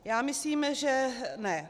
Já myslím, že ne.